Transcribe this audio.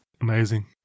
Amazing